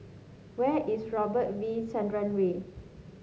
where is Robert V Chandran Way